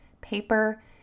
paper